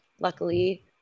luckily